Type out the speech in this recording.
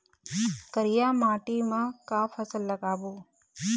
करिया माटी म का फसल लगाबो?